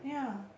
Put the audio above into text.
ya